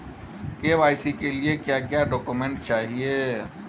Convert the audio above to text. KYC के लिए क्या क्या डॉक्यूमेंट चाहिए?